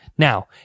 Now